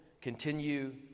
continue